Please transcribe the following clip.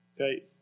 Okay